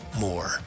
more